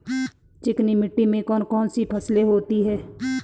चिकनी मिट्टी में कौन कौन सी फसलें होती हैं?